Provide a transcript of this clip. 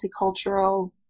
multicultural